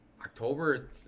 October